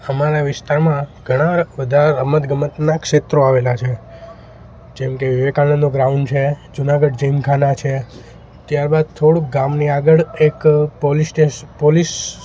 અમારા વિસ્તારમાં ઘણા બધા રમતગમતના ક્ષેત્રો આવેલા છે જેમ કે વિવેકાનંદનું ગ્રાઉન્ડ છે જુનાગઢ જીમખાના છે ત્યારબાદ થોડુંક ગામની આગળ એક પોલીસ સ્ટેસ પોલીસ